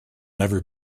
never